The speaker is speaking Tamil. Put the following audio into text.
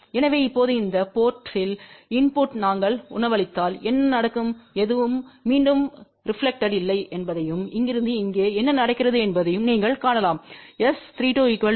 எனவே இப்போது இந்த போர்ட்த்தில் இன்புட்டை நாங்கள் உணவளித்தால் என்ன நடக்கும் எதுவும் மீண்டும் பிரெப்லக்டெட் இல்லை என்பதையும் இங்கிருந்து இங்கே என்ன நடக்கிறது என்பதையும் நீங்கள் காணலாம் S32 0